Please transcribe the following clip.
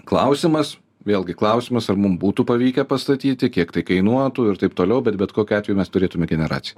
klausimas vėlgi klausimas ar mum būtų pavykę pastatyti kiek tai kainuotų ir taip toliau bet bet kokiu atveju mes turėtume generaciją